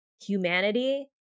humanity